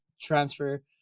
transfer